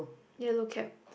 yellow cap